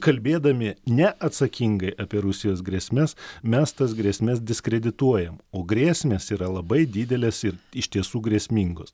kalbėdami neatsakingai apie rusijos grėsmes mes tas grėsmes diskredituojam o grėsmės yra labai didelės ir iš tiesų grėsmingos